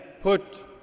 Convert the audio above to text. put